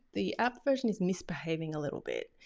the app version is misbehaving a little bit